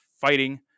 fighting